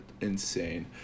insane